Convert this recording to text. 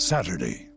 Saturday